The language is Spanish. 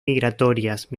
migratorias